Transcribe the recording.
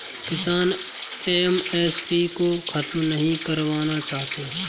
किसान एम.एस.पी को खत्म नहीं करवाना चाहते थे